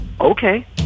okay